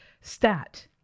STAT